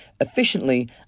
efficiently